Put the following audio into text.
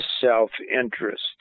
self-interest